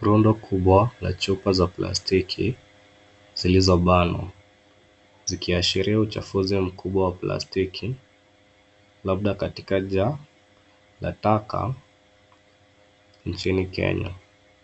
Rundo kubwa la chupa za plastiki zilizobanwa; zikiashiria uchafuzi mkubwa wa plastiki labda katika jaa la takataka nchini Kenya.